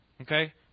Okay